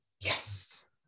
Yes